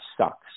sucks